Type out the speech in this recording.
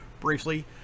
briefly